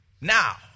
now